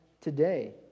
today